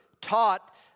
taught